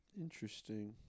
Interesting